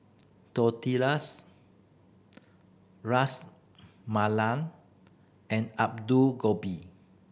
Tortillas Ras Malai and Gobi